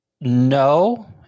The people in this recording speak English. no